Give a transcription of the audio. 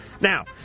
Now